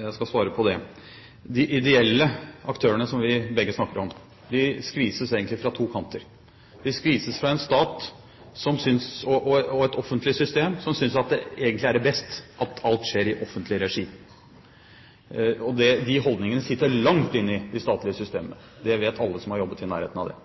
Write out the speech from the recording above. Jeg skal svare på det. De ideelle aktørene som vi begge snakker om, skvises egentlig fra to kanter. De skvises fra en stat og et offentlig system som synes at det egentlig er best at alt skjer i offentlig regi. De holdningene sitter langt inne i det statlige systemet. Det vet alle som har jobbet i nærheten av det.